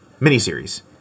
miniseries